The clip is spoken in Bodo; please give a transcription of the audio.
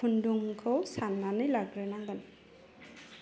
खुन्दुंखौ साननानै लाग्रोनांगोन